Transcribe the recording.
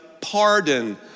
pardon